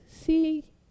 see